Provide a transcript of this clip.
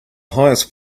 highest